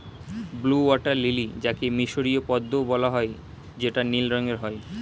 blue water lily যাকে মিসরীয় পদ্মও বলা হয় যেটা নীল রঙের হয়